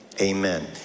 amen